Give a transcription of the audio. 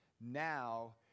Now